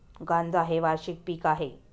गांजा हे वार्षिक पीक आहे